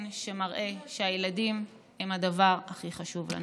שמראה שהילדים הם הדבר הכי חשוב לנו.